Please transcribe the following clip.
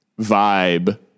vibe